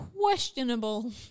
questionable